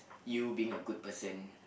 you being a good person